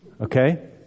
Okay